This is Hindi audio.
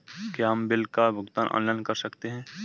क्या हम बिल का भुगतान ऑनलाइन कर सकते हैं?